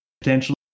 potentially